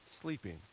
sleeping